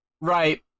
Right